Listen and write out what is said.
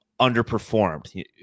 underperformed